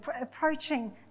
approaching